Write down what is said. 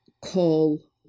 call